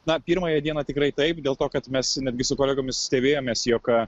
na pirmąją dieną tikrai taip dėl to kad mes netgi su kolegomis stebėjomės jog